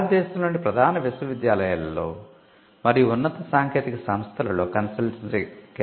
భారతదేశంలోని ప్రధాన విశ్వవిద్యాలయాలలో మరియు ఉన్నత సాంకేతిక సంస్థలలో కన్సల్టెన్సీ కేంద్రాలు ఉన్నాయి